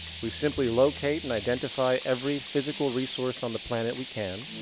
we simply locate and identify every physical resource on the planet we can,